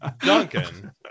Duncan